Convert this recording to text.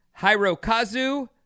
Hirokazu